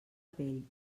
pell